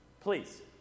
Please